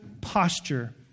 posture